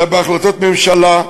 אלא בהחלטות ממשלה,